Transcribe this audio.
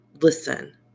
listen